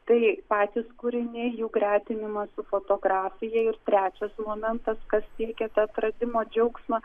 tai patys kūriniai jų gretinimas su fotografija ir trečias momentas kas teikia tą atradimo džiaugsmą